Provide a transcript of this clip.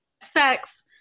sex